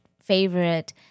favorite